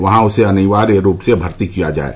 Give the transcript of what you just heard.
वहां उसे अनिवार्य रूप से भर्ती किया जाये